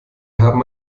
haben